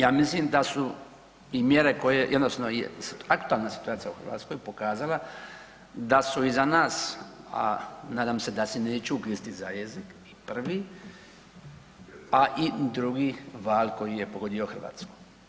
Ja mislim da su i mjere koje je odnosno i aktualna situacija u Hrvatskoj pokazala da su iza nas, a nadam se da se neću ugristi za jezik, i prvi, a i drugi val koji je pogodio Hrvatsku.